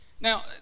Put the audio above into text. Now